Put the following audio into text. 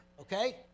okay